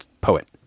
poet